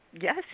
Yes